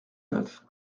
neuf